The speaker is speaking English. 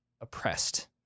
oppressed